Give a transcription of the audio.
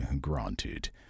Granted